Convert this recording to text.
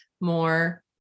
more